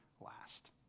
last